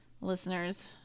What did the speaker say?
listeners